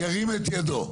ירים את ידו.